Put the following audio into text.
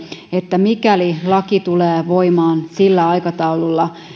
että mikäli laki tulee voimaan sillä aikataululla